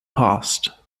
past